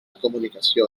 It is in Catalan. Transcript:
comunicació